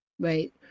right